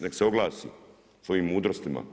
Nek' se oglasi sa svojim mudrostima.